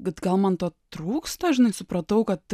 bet gal man to trūksta žinai supratau kad